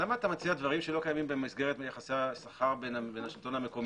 למה אתה מציע דברים שלא קיימים במסגרת יחסי השכר בין השלטון המקומי